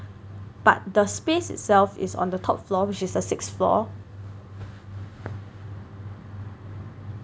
but the space itself is on the top floor which is the sixth floor